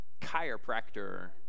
chiropractor